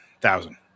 thousand